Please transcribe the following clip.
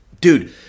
Dude